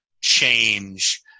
change